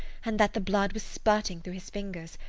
and that the blood was spurting through his fingers.